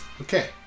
Okay